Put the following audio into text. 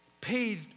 paid